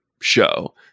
show